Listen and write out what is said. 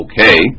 okay